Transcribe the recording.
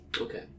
Okay